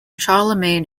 charlemagne